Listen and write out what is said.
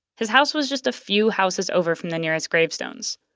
his house was just a few houses over from the nearest gravestones.